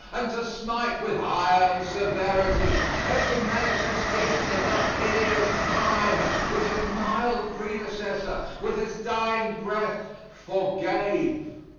and to smite with iron severity every manifestation of that hideous crime which his mild predecessor, with his dying breath, forgave.